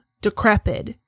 decrepit